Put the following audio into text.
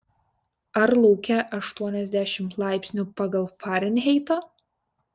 ar lauke aštuoniasdešimt laipsnių pagal farenheitą